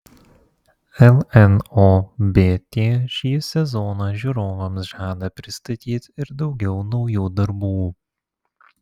lnobt šį sezoną žiūrovams žada pristatyti ir daugiau naujų darbų